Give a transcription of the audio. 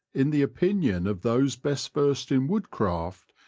in the opinion of those best versed in woodcraft,